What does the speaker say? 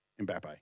Mbappe